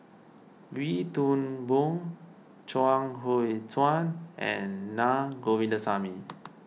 Wee Toon Boon Chuang Hui Tsuan and Naa Govindasamy